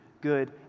good